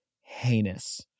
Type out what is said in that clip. heinous